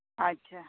ᱟᱪᱪᱷᱟ